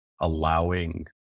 allowing